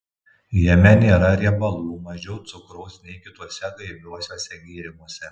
jame nėra riebalų mažiau cukraus nei kituose gaiviuosiuose gėrimuose